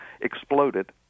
exploded